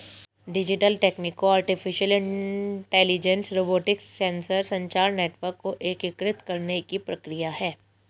digital तकनीकों artificial intelligence, robotics, sensor, संचार network को एकीकृत करने की प्रक्रिया है